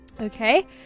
Okay